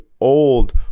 old